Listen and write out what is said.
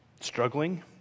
struggling